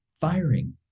Firing